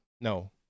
No